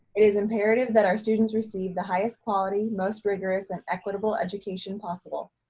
it is imperative that our students receive the highest quality, most rigorous and equitable education possible.